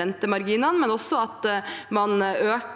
rentemarginene og at man øker